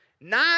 Nine